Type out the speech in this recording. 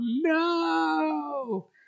no